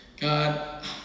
God